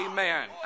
Amen